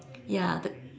ya